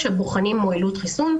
כשבוחנים מועילות חיסון.